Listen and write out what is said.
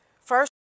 First